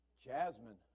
jasmine